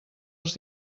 els